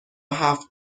هفت